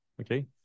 Okay